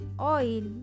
oil